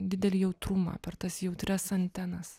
didelį jautrumą per tas jautrias antenas